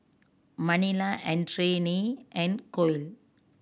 Manilla Adrienne and Kole